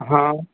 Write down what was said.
हाँ